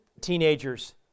teenagers